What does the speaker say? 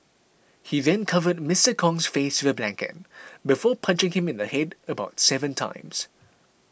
he then covered Mister Kong's face with a blanket before punching him in the head about seven times